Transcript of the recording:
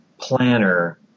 planner